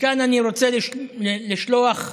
מכאן אני רוצה לשלוח ברכות,